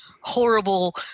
horrible